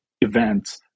events